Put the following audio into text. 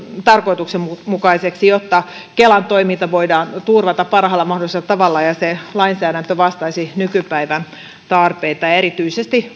tarkoituksenmukaiseksi jotta kelan toiminta voidaan turvata parhaalla mahdollisella tavalla ja se lainsäädäntö vastaisi nykypäivän tarpeita ja erityisesti